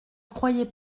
croyez